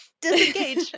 Disengage